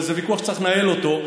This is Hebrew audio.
וזה ויכוח שצריך לנהל אותו,